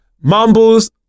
Mumbles